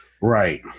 Right